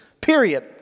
Period